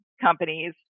companies